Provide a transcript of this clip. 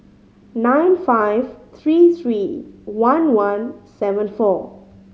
nine five three three one one seven four